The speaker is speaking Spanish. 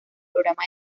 programa